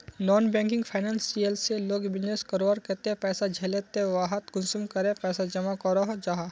Non banking financial से लोग business करवार केते पैसा लिझे ते वहात कुंसम करे पैसा जमा करो जाहा?